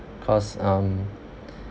cause um